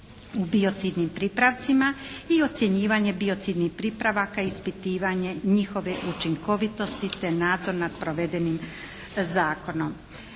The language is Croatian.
u biocidnim pripravcima i ocjenjivanje biocidnih pripravaka ispitivanje njihove učinkovitosti te nadzor nad provedenim zakonom.